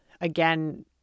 again